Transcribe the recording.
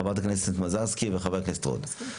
חברת הכנסת מזרסקי וחבר הכנסת רוט.